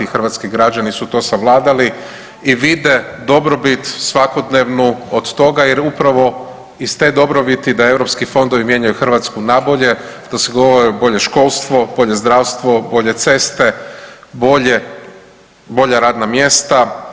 Hrvatski građani su to savladali i vide dobrobit svakodnevnu od toga, jer upravo iz te dobrobiti da europski fondovi mijenjaju Hrvatsku na bolje, da se vidi bolje školstvo, bolje zdravstvo, bolje ceste, bolja radna mjesta.